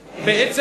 בעצם,